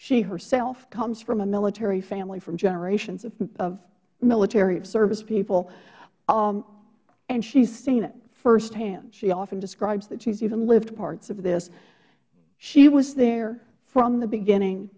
she herself comes from a military family from generations of military service people and she has seen it firsthand she often describes that she has even lived parts of this she was there from the beginning